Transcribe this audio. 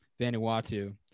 Vanuatu